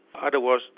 Otherwise